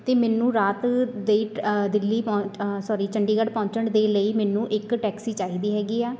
ਅਤੇ ਮੈਨੂੰ ਰਾਤ ਦੇ ਦਿੱਲੀ ਪਹੁੰ ਸੋਰੀ ਚੰਡੀਗੜ੍ਹ ਪਹੁੰਚਣ ਦੇ ਲਈ ਮੈਨੂੰ ਇੱਕ ਟੈਕਸੀ ਚਾਹੀਦੀ ਹੈਗੀ ਆ